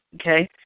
Okay